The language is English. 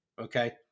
Okay